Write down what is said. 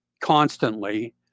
constantly